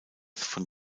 von